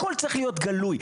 הכול צריך להיות גלוי.